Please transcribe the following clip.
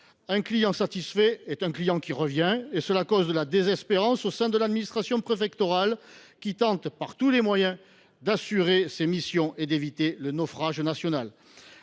Un client satisfait est un client qui revient, et cela cause de la désespérance au sein de l’administration préfectorale, qui tente par tous les moyens d’assurer ses missions et d’éviter le naufrage national.